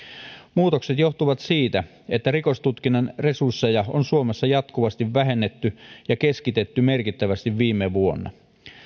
muutokset johtuvat siitä että rikostutkinnan resursseja on suomessa jatkuvasti vähennetty ja keskitetty merkittävästi viime vuonna